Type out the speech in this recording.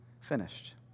finished